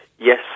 Yes